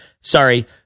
Sorry